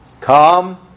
Come